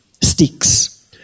sticks